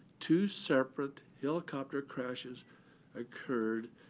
two separate helicopter crashes occurred,